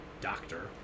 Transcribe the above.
Doctor